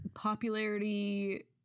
popularity